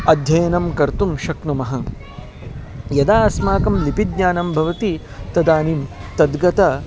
अध्ययनं कर्तुं शक्नुमः यदा अस्माकं लिपिज्ञानं भवति तदानीं तद्गतम्